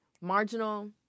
marginal